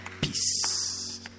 Peace